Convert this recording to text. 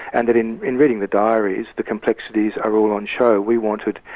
and that in in reading the diaries, the complexities are all on show. we wanted,